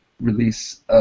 release